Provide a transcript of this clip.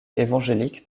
évangélique